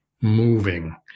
moving